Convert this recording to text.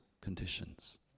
conditions